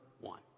one